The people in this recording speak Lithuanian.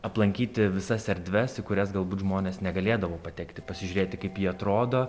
aplankyti visas erdves į kurias galbūt žmonės negalėdavo patekti pasižiūrėti kaip ji atrodo